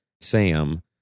Sam